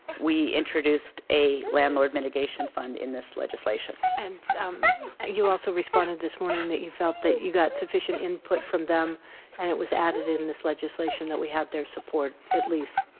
we introduced a landlord mitigation fund in this legislation. and you also responded this morning that you felt that you got sufficient input from them and that it was added in this legislation that we have their support at least.